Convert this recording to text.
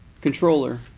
Controller